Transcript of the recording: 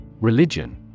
Religion